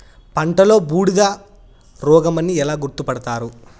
పంటలో బూడిద రోగమని ఎలా గుర్తుపడతారు?